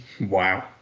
Wow